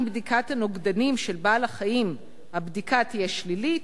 אם בדיקת הנוגדנים של בעל-חיים תהיה שלילית,